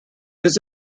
his